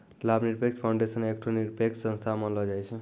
लाभ निरपेक्ष फाउंडेशन एकठो निरपेक्ष संस्था मानलो जाय छै